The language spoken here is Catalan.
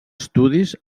estudis